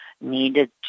needed